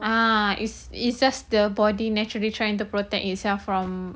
ah it's it's just the body naturally trying to protect itself from